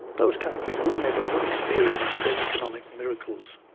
those countries would never have experienced their economic miracles.